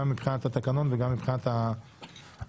גם מבחינת התקנון וגם מבחינת ההיגיון.